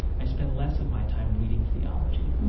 i spend less of my time reading theology,